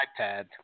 iPad